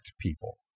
people